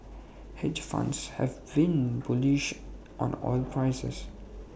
hedge funds have been bullish on oil prices